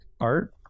Art